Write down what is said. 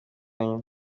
nyina